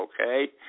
okay